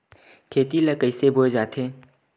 खेती ला कइसे बोय जाथे?